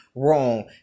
Wrong